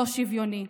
לא שוויוני,